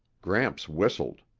gramps whistled.